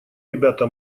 ребята